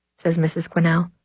says mrs. grinnell.